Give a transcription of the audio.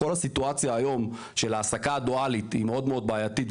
כל הסיטואציה הזאת של ההעסקה הדואלית היא מאוד מאוד בעייתית,